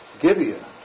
Gibeah